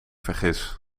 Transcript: vergis